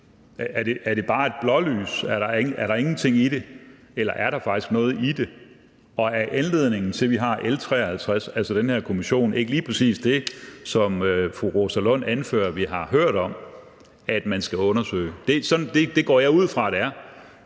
Er det bare et blålys? Er der ingenting i det, eller er der faktisk noget i det? Og er anledningen til, at vi har L 53, altså den her kommission, ikke lige præcis det, som fru Rosa Lund anfører at vi har hørt om man skal undersøge? Det går jeg ud fra det er.